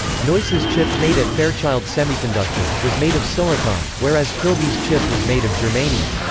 noyce's chip, made at fairchild semiconductor, was made of silicon, whereas kilby's chip was made of germanium.